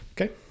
Okay